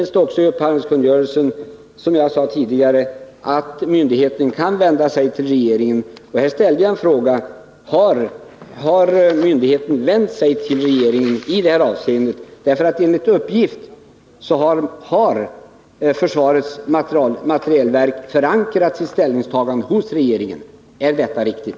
Som jag sade tidigare kan myndigheten enligt upphandlingskungörelsen vända sig till regeringen. Jag ställde frågan: Har myndigheten vänt sig till regeringen i det här avseendet? Enligt uppgift har försvarets materielverk förankrat sitt ställningstagande hos regeringen. Är detta riktigt?